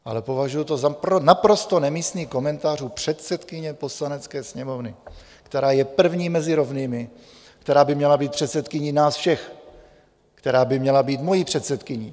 Ale považuji to za naprosto nemístný komentář u předsedkyně Poslanecké sněmovny, která je první mezi rovnými, která by měla být předsedkyní nás všech, která by měla být mojí předsedkyní.